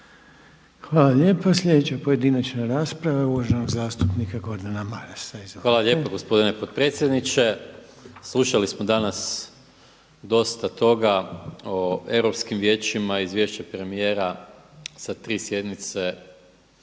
Hvala lijepa. Sljedeća pojedinačna rasprava je uvaženog zastupnika Gordana Marasa. Izvolite. **Maras, Gordan (SDP)** Hvala lijepo gospodine potpredsjedniče. Slušali smo danas dosta toga o europskim vijećima, izvješće premijera sa tri sjednice